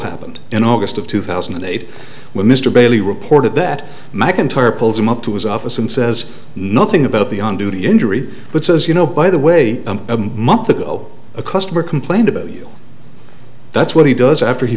happened in august of two thousand and eight when mr bailey reported that mcintyre pulls him up to his office and says nothing about the on duty injury but says you know by the way i'm a month ago a customer complained about that's what he does after he